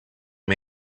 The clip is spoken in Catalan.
amb